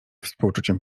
współczuciem